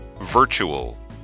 Virtual